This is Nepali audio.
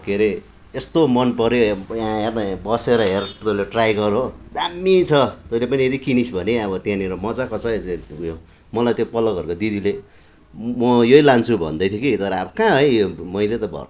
के अरे यस्तो मन पऱ्यो आँ हेर् न यहाँ बसेर हेर् तैँले ट्राई गर् हो दामी छ तैँले पनि यदि किनिस् भने त्यहाँनिर मजाको छ है ऊ यो मलाई त्यो पल्लो घरको दिदीले म यही लान्छु भन्दैथ्यो कि तर अब कहाँ है यो मैले त